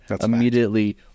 immediately